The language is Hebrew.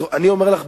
אני אומר לך,